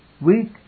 weak